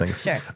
Sure